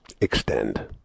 extend